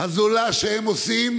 הזולה שהם עושים.